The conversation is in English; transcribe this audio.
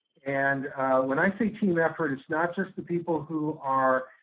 and when i say team effort, it's not just the people who are